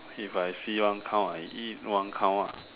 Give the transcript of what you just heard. if I see one cow I eat one cow ah